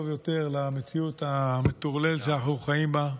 יותר למציאות המטורללת שאנחנו חיים בה.